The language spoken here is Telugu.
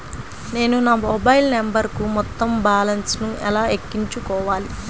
నేను నా మొబైల్ నంబరుకు మొత్తం బాలన్స్ ను ఎలా ఎక్కించుకోవాలి?